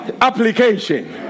application